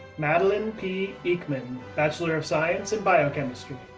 madeleine p eakman, bachelor of science in biochemistry.